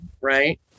right